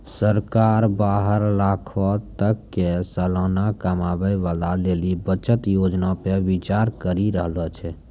सरकार बारह लाखो तक के सलाना कमाबै बाला लेली बचत योजना पे विचार करि रहलो छै